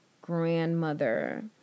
grandmother